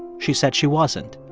she said she wasn't,